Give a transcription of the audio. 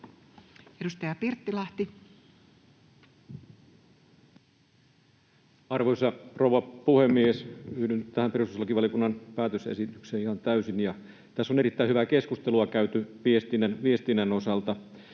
18:12 Content: Arvoisa rouva puhemies! Yhdyn tähän perustuslakivaliokunnan päätösesitykseen ihan täysin, ja tässä on erittäin hyvää keskustelua käyty viestinnän osalta.